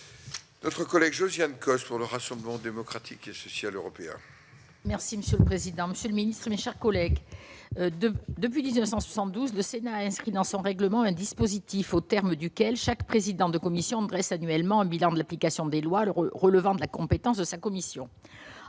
notre collègue Josiane Costes pour le Rassemblement démocratique et social européen. Merci monsieur le président, Monsieur le Ministre, mes chers collègues de depuis 1972 le Sénat a inscrit dans son règlement, un dispositif au terme duquel chaque président de commission Grèce annuellement, bilan de l'application des lois leur relevant de la compétence de sa commission